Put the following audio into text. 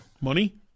money